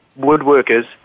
woodworkers